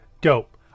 Dope